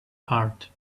heart